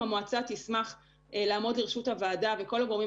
המועצה תשמח לעמוד לרשות הוועדה וכל הגורמים